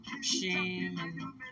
shame